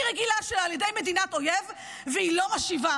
רגילה שלה על ידי מדינת אויב והיא לא משיבה,